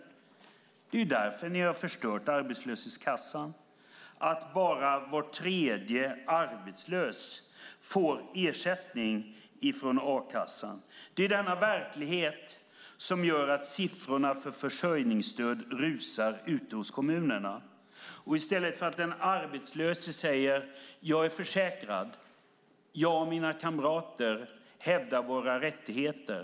Det är därför ni har förstört arbetslöshetskassan. Bara var tredje arbetslös får ersättning från a-kassan. Det är denna verklighet som gör att siffrorna för försörjningsstöd rusar ute hos kommunerna. Den arbetslöse säger inte längre: Jag är försäkrad. Jag och mina kamrater hävdar våra rättigheter!